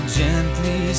gently